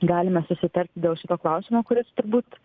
galime susitarti dėl šito klausimo kuris turbūt